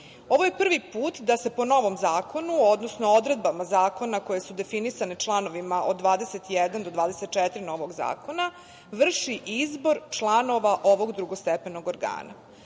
je prvi put da se po novom zakonu, odnosno odredbama zakona koje su definisane članovima od 21. do 24. novog zakona vrši izbor članova ovog drugostepenog organa. Do